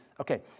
Okay